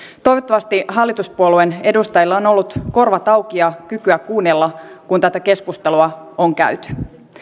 toivottavasti hallituspuolueen edustajilla on ollut korvat auki ja kykyä kuunnella kun tätä keskustelua on käyty